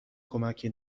کمکی